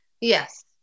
Yes